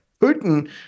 Putin